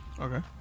okay